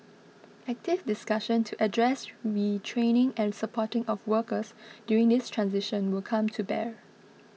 active discussion to address retraining and supporting of workers during this transition will come to bear